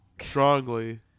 strongly